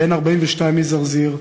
בן 42 מזרזיר,